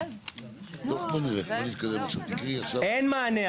אין מענה.